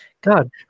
God